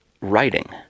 writing